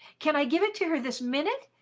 can i give it to her this minute?